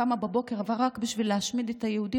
שקמה בבוקר רק בשביל להשמיד את היהודים,